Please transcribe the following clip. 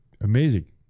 amazing